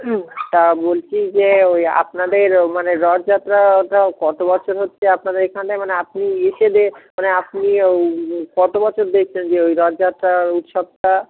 তা বলছি যে ওই আপনাদের মানে রথযাত্রাটা কত বছর হচ্ছে আপনাদের এখানে মানে আপনি মানে আপনি কত বছর দেখছেন যে ওই রথযাত্রার উৎসবটা